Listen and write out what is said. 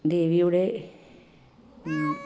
ദേവിയുടെ